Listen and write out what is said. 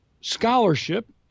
scholarship